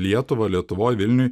lietuvą lietuvoj vilniuj